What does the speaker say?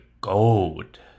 gold